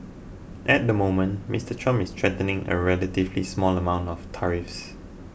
at the moment Mister Trump is threatening a relatively small amounts of tariffs